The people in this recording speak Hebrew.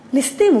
ליסטים.